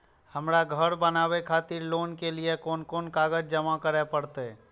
हमरा घर बनावे खातिर लोन के लिए कोन कौन कागज जमा करे परते?